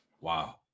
wow